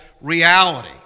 reality